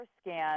scan